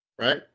right